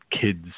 kids